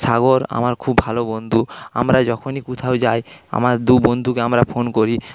সাগর আমার খুব ভালো বন্ধু আমরা যখনই কোথাও যাই আমার দু বন্ধুকে আমরা ফোন করি